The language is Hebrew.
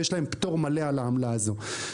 שיש להם פטור מלא על העמלה הזו.